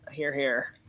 here, here.